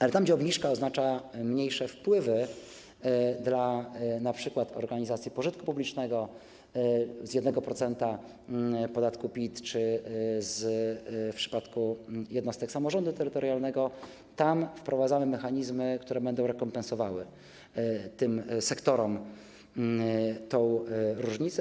Ale tam gdzie obniżka oznacza mniejsze wpływy, np. dla organizacji pożytku publicznego z 1% podatku PIT czy w przypadku jednostek samorządu terytorialnego, tam wprowadzamy mechanizmy, które będą rekompensowały tym sektorom tę różnicę.